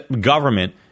government